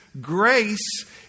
grace